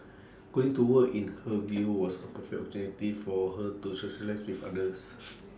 going to work in her view was A perfect opportunity for her to socialise with others